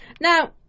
Now